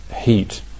heat